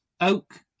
Oak